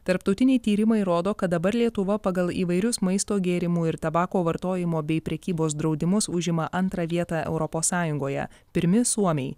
tarptautiniai tyrimai rodo kad dabar lietuva pagal įvairius maisto gėrimų ir tabako vartojimo bei prekybos draudimus užima antrą vietą europos sąjungoje pirmi suomiai